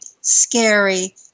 scary